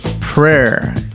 prayer